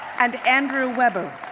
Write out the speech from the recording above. and andrew weber.